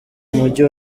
mujyi